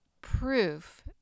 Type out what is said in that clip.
proof